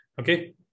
Okay